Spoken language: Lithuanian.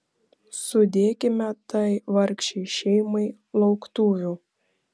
sudėkime tai vargšei šeimai lauktuvių